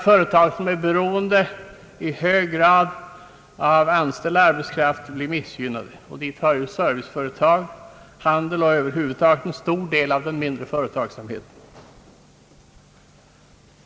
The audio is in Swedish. Företag som i hög grad är beroende av anställd arbetskraft blir missgynnade — dit hör framför allt serviceföretag, handel och över huvud taget en stor del av den mindre företagsamheten.